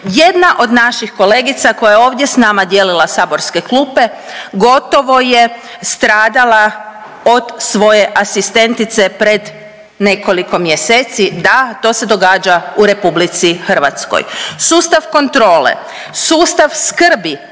Jedna od naših kolegica koja je ovdje s nama dijelila saborske klupe gotovo je stradala od svoje asistencije pred nekoliko mjeseci, da to se događa u RH. Sustav kontrole, sustav skrbi